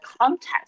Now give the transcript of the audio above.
context